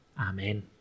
amen